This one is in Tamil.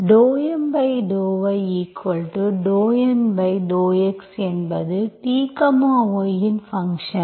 ∂M∂y∂N∂x என்பது t y இன் ஃபங்க்ஷன்